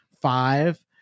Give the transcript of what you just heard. five